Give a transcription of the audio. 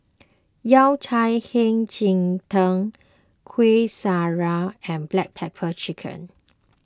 Yao Cai Hei Ji Tang Kuih Syara and Black Pepper Chicken